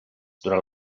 durant